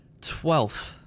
Twelfth